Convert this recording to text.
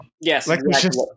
Yes